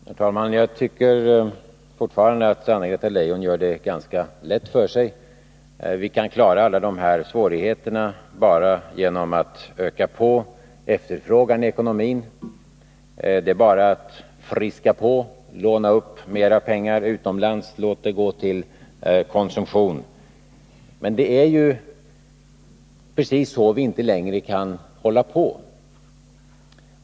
Herr talman! Jag tycker fortfarande att Anna-Greta Leijon gör det ganska lätt för sig. Vi kan enligt henne klara alla svårigheter på arbetsmarknaden bara genom att öka på efterfrågan i ekonomin. Det är bara att friska på, låna upp mer pengar utomlands och låta dem gå till konsumtion. Men det är precis så vi inte längre kan fortsätta.